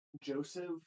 Joseph